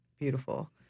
beautiful